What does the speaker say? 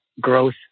growth